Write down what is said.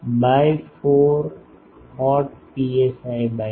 by 4 cot psi by 4